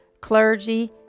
clergy